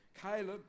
Caleb